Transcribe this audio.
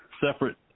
separate